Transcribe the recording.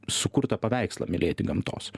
sukurtą paveikslą mylėti gamtos